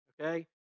okay